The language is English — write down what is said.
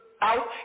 out